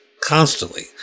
constantly